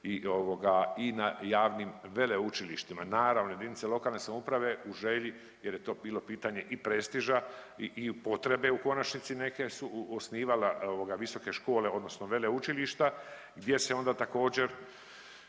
i na javnim veleučilištima. Naravno jedinice lokalne samouprave u želji jer je to bilo pitanje i prestiža i potrebe u konačnici neke su osnivale ovoga visoke škole odnosno veleučilišta gdje se onda također,